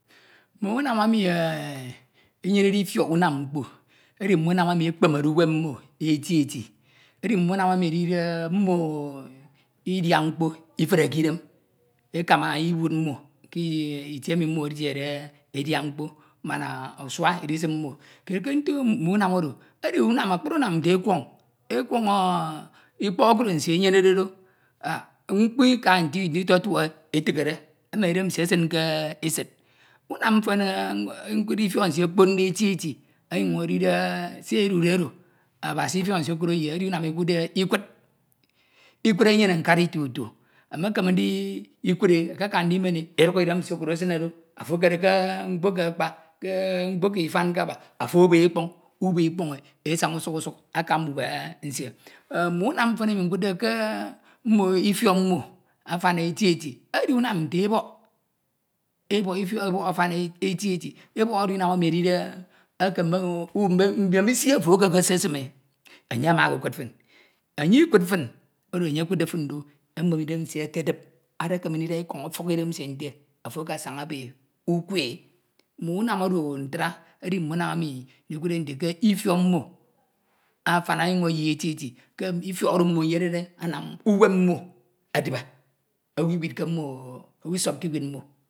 . mme unam enyenede ifiọk unam mkpo edi mme unam enu ekpamede uwem mmo eti ẹti, edi mme unam edide mmo etiede edia mkpo man asua idisim mno kied ke etu mme unam oro edi akpri unam oro edi akpri unam nte ekuọn, ekuọn ikpọk okro nsie enyenede do, Mkpo ika nte nditotuk e edikhe emen idein nsie esin ke esid unam myin nkuade ifiok okponde eti eti onyun̄ edide se edude oro ifiọk nsie eye, edi unam e kuuede ikud. Ikud enyene nkari tutu. emekeme ndikude akaka ndimen e. Eduk ikpok nsie okro esine do, ofo ekete ke mkpo eke akpa, ke mkpo eke ifanke aba, afo ebe ọkpọn̄ ube ukpọn̄ e esan̄s usuk usuk aka mbubehe nsie mme unam mfen emi nkudde ke mmo ifiọk afan eti eti edi unam nte ebọk. Ebọk edi unam emi edide ekeme mbemisi ofo ekeme esesim e, enye ama ekekud firo. Enye ikud fin oro enye ekudde fin do emen idem nsie ekenyi, ekeme ndida ikọn̄ ofuk idem nsie nte ofro akasan̄a ebe ukwe e. Mme unam oro ntra edi unam emi ekudde nte ke ifiọk mmo ayam ọnyun̄ eye eti- eti. Mme ifiọk oro mmo enyenede ansim mmo edibe owu iwidke mmo, owu isọpke iwid mmo